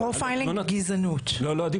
לא, זה לא.